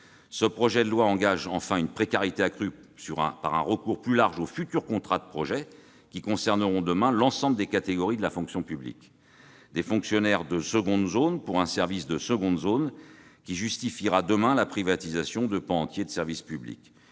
ce projet de loi favorise une précarité accrue par un recours étendu aux futurs contrats de projet, qui concerneront demain l'ensemble des catégories de la fonction publique. Il s'agira de fonctionnaires de seconde zone pour un service de seconde zone, qui justifiera demain la privatisation de pans entiers de service public.